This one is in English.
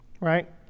right